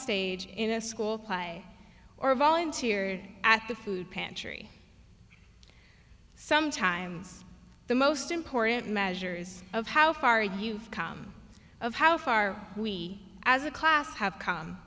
stage in a school play or volunteered at the food pantry sometimes the most important measures of how far you've come of how far we as a class have c